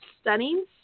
Stunning